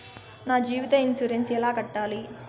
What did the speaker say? నా జీవిత ఇన్సూరెన్సు ఎలా కట్టాలి?